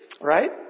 Right